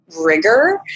rigor